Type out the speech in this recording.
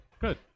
good